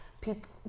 people